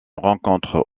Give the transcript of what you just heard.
rencontre